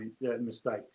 mistakes